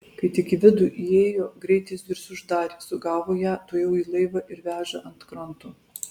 kai tik į vidų įėjo greit jis duris uždarė sugavo ją tuojau į laivą ir veža ant kranto